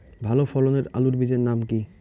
ভালো ফলনের আলুর বীজের নাম কি?